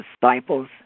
disciples